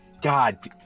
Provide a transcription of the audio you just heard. God